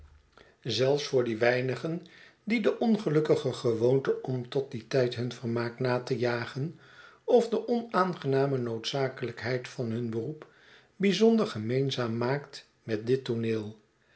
zelfs voor die weinigen wie de ongelukkige gewoonte om tot dien tijd hun vermaak na te jagen of de onaangename noodzakelijkheid van hun beroep bijzonder gemeenzaam rnaakt met dit tooneel